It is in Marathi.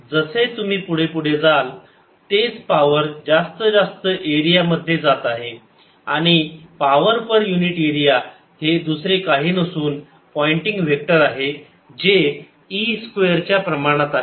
जसे तुम्ही पुढे पुढे जाल तेच पावर जास्त जास्त एरिया मध्ये जात आहे आणि पावर पर युनिट एरिया हे दुसरे काही नसून पॉइंटिंग व्हेक्टर आहे जे e स्क्वेअर च्या प्रमाणात आहे